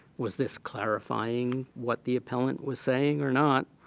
was this clarifying what the appellant was saying or not?